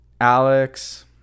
Alex